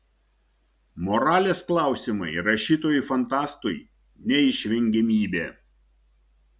moralės klausimai rašytojui fantastui neišvengiamybė